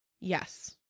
yes